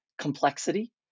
complexity